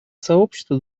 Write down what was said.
сообщество